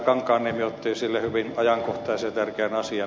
kankaanniemi otti esille hyvin ajankohtaisen ja tärkeän asian